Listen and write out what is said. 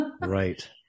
Right